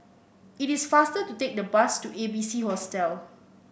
it is faster to take the bus to A B C Hostel